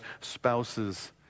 spouse's